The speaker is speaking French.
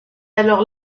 alors